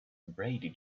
brady